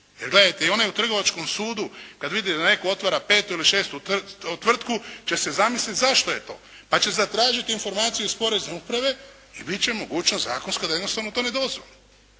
Jer, gledajte, i u onaj u trgovačkom sudu kad vidi da netko otvara petu ili šestu tvrtku će se zamisliti zašto je to, pa će zatražiti informaciju iz porezne uprave i bit će mogućnost zakonska da jednostavno to ne dozvoli.